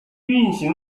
运行